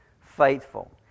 faithful